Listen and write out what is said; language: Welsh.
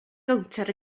gownter